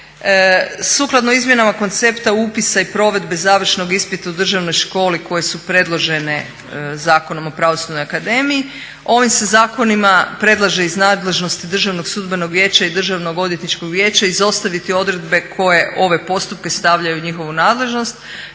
Sukladno izmjenama koncepta upisa i provedbe završnog ispita u državnoj školi koje su predložene Zakonom o pravosudnoj akademiji. Ovim se zakonima predlaže iz nadležnosti Državnog sudbenog vijeća i Državnog odvjetničkog vijeća izostaviti odredbe koje ove postupke stavljaju u njihovu nadležnost